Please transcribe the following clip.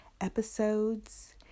episodes